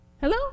Hello